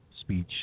speech